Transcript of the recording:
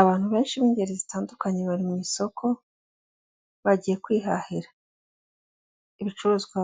Abantu benshi b'ingeri zitandukanye bari mu isoko bagiye kwihahira. Ibicuruzwa